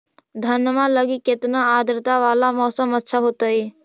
धनमा लगी केतना आद्रता वाला मौसम अच्छा होतई?